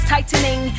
Tightening